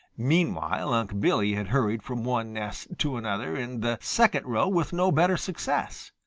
meanwhile unc' billy had hurried from one nest to another in the second row with no better success.